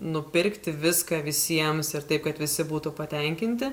nupirkti viską visiems ir taip kad visi būtų patenkinti